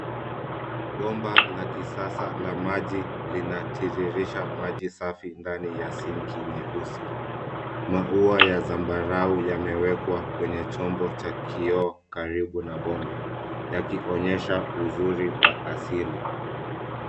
Bomba la kisasa la maji linatiririsha maji safi ndani ya sinki nyeusi. Imewekwa vizuri. Maua ya zambara yamewekwa kwenye chombo cha kioo karibu na bomba, yakionyesha uzuri wa asili.